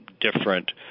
different